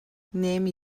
نمی